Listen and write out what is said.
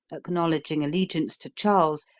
acknowledging allegiance to charles,